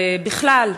ובכלל,